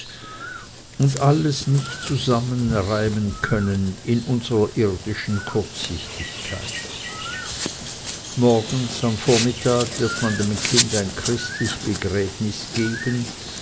und alles nicht zusammenreimen können in unserer irdischen kurzsichtigkeit morgens am vormittag wird man dem kind ein christlich begräbniß geben